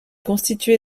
constitué